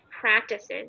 practices